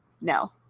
no